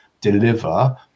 deliver